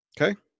okay